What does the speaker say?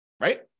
Right